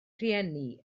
rhieni